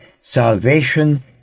Salvation